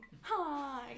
hi